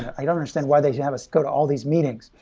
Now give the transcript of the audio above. i don't understand why they have us go to all these meetings?